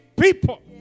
people